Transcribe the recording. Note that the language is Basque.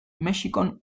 mexikon